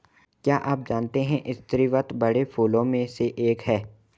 क्या आप जानते है स्रीवत बड़े फूलों में से एक है